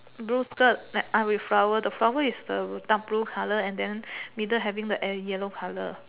blue skirt with flower the flower is a dark blue colour and then middle having the yellow colour